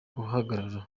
guhagarara